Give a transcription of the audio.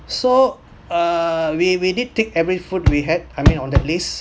so uh we we did take every food we had I mean on the list